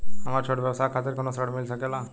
हमरे छोट व्यवसाय खातिर कौनो ऋण मिल सकेला?